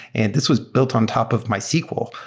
and this was built on top of mysql.